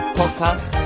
podcast